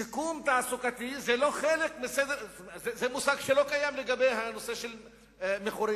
שיקום תעסוקתי זה מושג שלא קיים לגבי הנושא של מכורים.